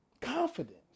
confidence